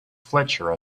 fletcher